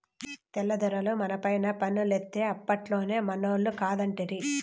తెల్ల దొరలు మనపైన పన్నులేత్తే అప్పట్లోనే మనోళ్లు కాదంటిరి